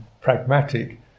pragmatic